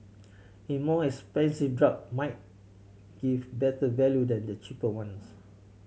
in more expensive drug might give better value than the cheaper ones